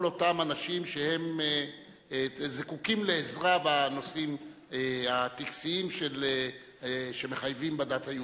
אותם אנשים שזקוקים לעזרה בנושאים הטקסיים שמחייבים בדת היהודית.